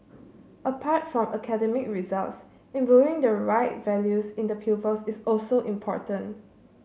apart from academic results imbuing the right values in the pupils is also important